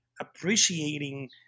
appreciating